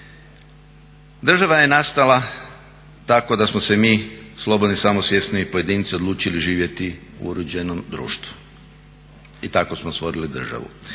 Država je nastala tako da smo se mi slobodni, samosvjesni pojedinci odlučili živjeti u uređenom društvu i tako smo stvorili državu.